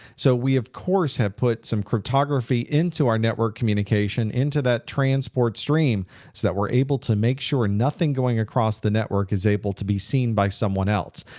so we of course, have put some cryptography into our network communication, into that transport stream so that we're able to make sure nothing going across the network is able to be seen by someone else.